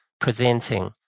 presenting